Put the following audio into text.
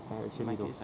ya actually though